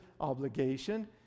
obligation